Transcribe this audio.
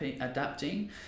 adapting